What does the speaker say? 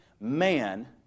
man